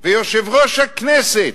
ויושב-ראש הכנסת,